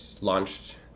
launched